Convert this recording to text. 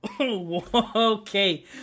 Okay